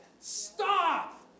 Stop